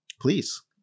Please